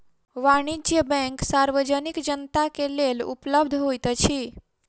वाणिज्य बैंक सार्वजनिक जनता के लेल उपलब्ध होइत अछि